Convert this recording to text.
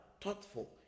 thoughtful